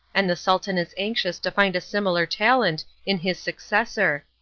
and the sultan is anxious to find a similar talent in his successor.